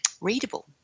readable